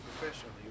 professionally